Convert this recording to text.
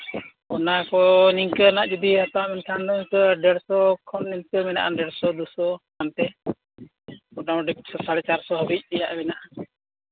ᱚᱱᱟ ᱠᱚ ᱱᱤᱝᱠᱟᱹᱱᱟᱜ ᱡᱩᱫᱤ ᱦᱟᱛᱟᱣᱟ ᱢᱮᱱᱠᱷᱟᱱ ᱰᱮᱹᱲᱥᱚ ᱠᱷᱚᱱ ᱤᱱᱠᱟᱹ ᱢᱮᱱᱟᱜᱼᱟ ᱰᱮᱹᱲᱥᱚ ᱫᱩ ᱥᱚ ᱦᱟᱱᱛᱮ ᱢᱳᱴᱟᱢᱩᱴᱤ ᱥᱟᱲᱮ ᱪᱟᱨᱥᱚ ᱦᱟᱹᱵᱤᱡ ᱨᱮᱭᱟᱜ ᱢᱮᱱᱟᱜᱼᱟ